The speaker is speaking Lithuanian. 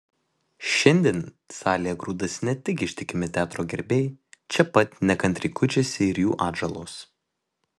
šiandien salėje grūdasi ne tik ištikimi teatro gerbėjai čia pat nekantriai kuičiasi ir jų atžalos